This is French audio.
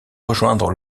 rejoindre